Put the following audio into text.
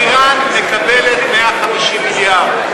איראן מקבלת 150 מיליארד.